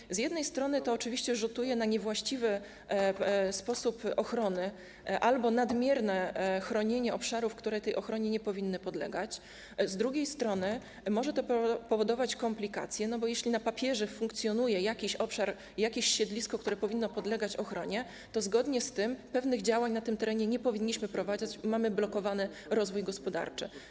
I z jednej strony to oczywiście rzutuje na - niewłaściwy - sposób ochrony albo nadmierne chronienie obszarów, które tej ochronie nie powinny podlegać, z drugiej strony może to powodować komplikacje, bo jeśli na papierze funkcjonuje jakiś obszar, jakieś siedlisko, które powinny podlegać ochronie, to zgodnie z tym pewnych działań na takim terenie nie powinniśmy prowadzić i blokujemy rozwój gospodarczy.